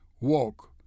walk